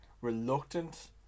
reluctant